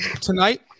tonight